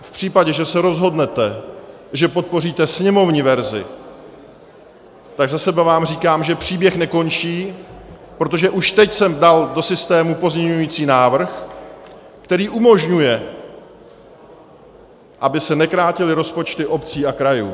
V případě, že se rozhodnete, že podpoříte sněmovní verzi, tak za sebe vám říkám, že příběh nekončí, protože už teď jsem dal do systému pozměňovací návrh, který umožňuje, aby se nekrátily rozpočty obcí a krajů.